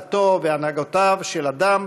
דתו והנהגותיו של אדם,